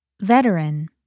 Veteran